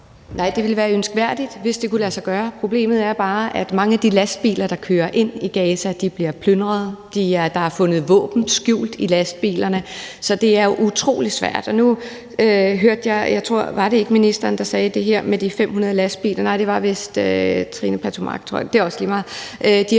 Nej, det ville være ønskværdigt, hvis det kunne lade sig gøre. Problemet er bare, at mange af de lastbiler, der kører ind i Gaza, bliver plyndret, og der er fundet våben skjult i lastbilerne, så det er utrolig svært. Nu hørte jeg, var det ikke ministeren, der sagde det her med de 500 lastbiler – nej, det var vist Trine Pertou Mach; det er også lige meget